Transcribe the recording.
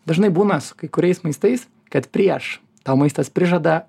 dažnai būna su kai kuriais maistais kad prieš tau maistas prižada